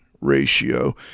ratio